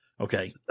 okay